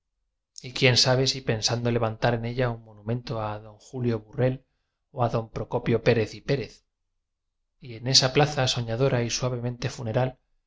y quien sabe si pensando levantar en ella un monumento a d julio burell o a d procopio pérez y pérez y en esa plaza soñadora y suavemente funeral